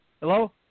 Hello